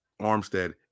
Armstead